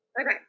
Okay